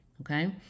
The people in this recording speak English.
Okay